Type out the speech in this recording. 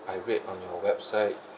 I read on your website